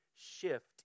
shift